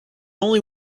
only